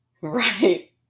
right